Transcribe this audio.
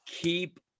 keep